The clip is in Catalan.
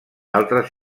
altres